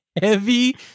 heavy